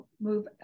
move